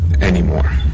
anymore